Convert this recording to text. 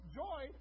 joy